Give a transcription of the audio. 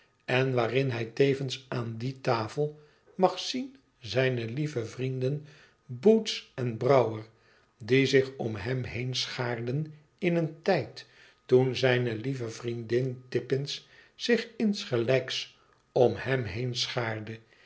en waarin hij tevens aan die tafel mag zien zijne lieve vrienden boots en brouwer die zich om hem heen schaarden in een tijd toen zijne lieve vriendin tippins zich insgelijks om hem heen schaarde